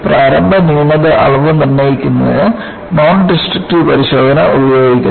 പ്രാരംഭ ന്യൂനത അളവ് നിർണയിക്കുന്നതിന് നോൺഡസ്ട്രക്റ്റീവ് പരിശോധന ഉപയോഗിക്കുന്നു